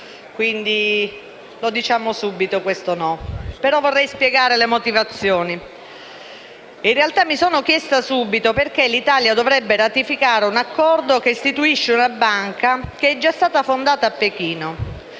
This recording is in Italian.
quindi, annunciamo subito il nostro no, spiegandone però le motivazioni. In realtà mi sono chiesta subito perché l'Italia dovrebbe ratificare un accordo che istituisce una banca che è stata già fondata a Pechino